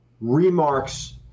remarks